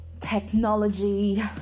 technology